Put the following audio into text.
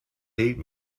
hate